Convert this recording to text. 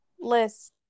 list